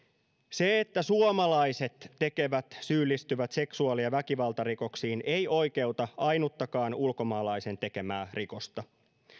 se että suomalaiset syyllistyvät seksuaali ja väkivaltarikoksiin ei oikeuta ainuttakaan ulkomaalaisen tekemää rikosta